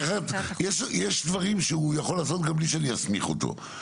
יש דברים שהוא יכול לעשות גם בלי שאני אסמיך אותו.